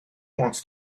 wants